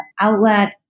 outlet